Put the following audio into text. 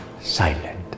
silent